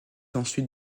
ensuite